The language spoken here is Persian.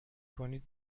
کنید